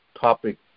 topic